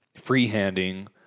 free-handing